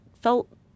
felt